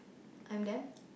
I'm them